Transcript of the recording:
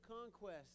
conquest